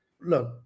look